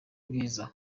bwiza